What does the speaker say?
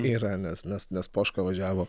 nėra nes nes nes poška važiavo